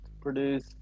produce